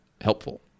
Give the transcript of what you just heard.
helpful